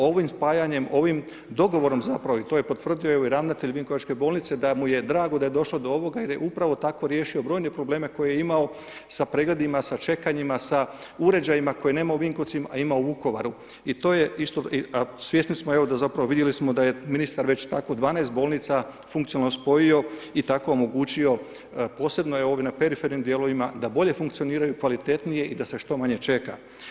Ovim spajanjem, ovim dogovorom zapravo i to je potvrdio evo i ravnatelj vinkovačke bolnice da mu je drago da je došlo do ovoga jer je upravo tako riješio brojne probleme koje je imao sa pregledima, sa čekanjima, sa uređajima koje nema u Vinkovcima, a ima u Vukovaru i to je isto, a svjesni smo evo da zapravo vidjeli smo da je ministar već tako dvanaest bolnica funkcionalno spojio i tako omogućio posebno na perifernim dijelovima da bolje funkcioniraju kvalitetnije i da se što manje čeka.